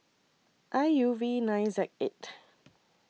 I U V nine Z eight